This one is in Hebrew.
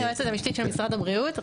אני היועצת המשפטית של משרד הבריאות.